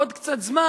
עוד קצת זמן,